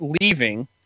leaving